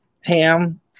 ham